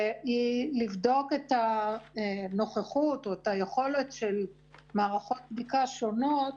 הוא לבדוק את הנוכחות או את היכולת של מערכות בדיקה שונות